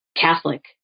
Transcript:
Catholic